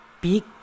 big